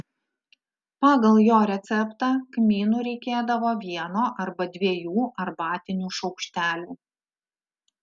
pagal jo receptą kmynų reikėdavo vieno arba dviejų arbatinių šaukštelių